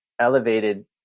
elevated